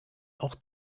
auch